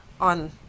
on